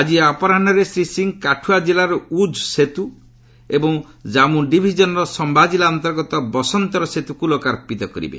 ଆଜି ଅପରାହ୍କରେ ଶ୍ରୀ ସିଂହ କାଠୁଆ ଜିଲ୍ଲାର ଉଝ୍ ସେତୁ ଏବଂ କମ୍ମୁ ଡିଭିଜନ୍ର ଶମ୍ଭା କିଲ୍ଲା ଅନ୍ତର୍ଗତ ବସନ୍ତର୍ ସେତ୍କୁ ଲୋକାର୍ପିତ କରିବେ